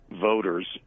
voters